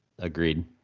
Agreed